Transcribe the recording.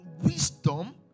wisdom